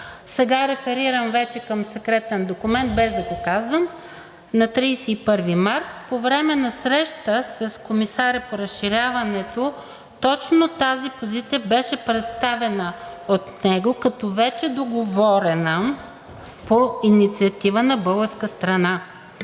Сега реферирам вече към секретен документ – без да го казвам. На 31 март по време на среща с комисаря по разширяването точно тази позиция беше представена от него като вече договорена по инициатива на българската страна.